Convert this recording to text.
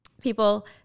people